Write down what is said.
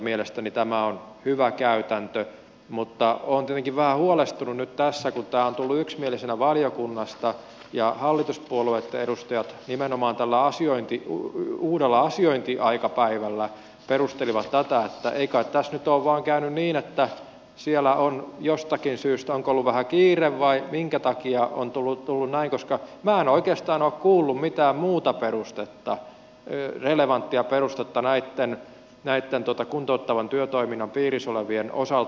mielestäni tämä on hyvä käytäntö mutta olen tietenkin vähän huolestunut nyt tässä kun tämä on tullut yksimielisenä valiokunnasta ja hallitusten edustajat nimenomaan tällä uudella asiointiaikapäivällä perustelivat tätä että ei kai tässä nyt vain käynyt niin että tämä on jostakin syystä onko ollut vähän kiire vai minkä takia mennyt näin koska minä en oikeastaan ole kuullut mitään muuta relevanttia perustetta näitten kuntouttavan työtoiminnan piirissä olevien osalta